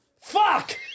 Fuck